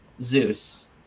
Zeus